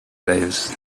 lives